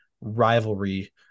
rivalry